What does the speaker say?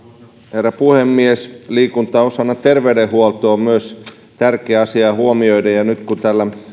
herra puhemies liikunta osana terveydenhuoltoa on myös tärkeä asia huomioida nyt kun täällä